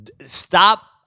Stop